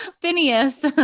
Phineas